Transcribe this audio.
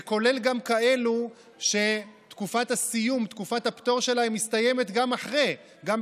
זה כולל גם כאלה שתקופת הפטור שלהם מסתיימת גם אחרי כן,